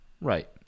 Right